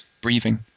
breathing